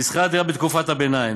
לתקופת הביניים.